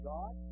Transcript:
God